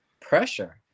pressure